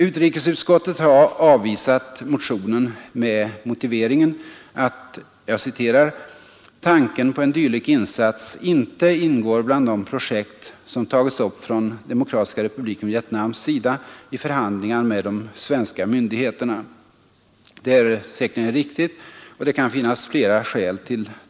Utrikesutskottet har avvisat motionen med motiveringen att ”tanken på en dylik insats inte ingår bland de projekt som tagits upp från Demokratiska republiken Vietnams sida i förhandlingar med de svenska myndigheterna”. Detta är säkerligen riktigt, och det kan finnas flera skäl.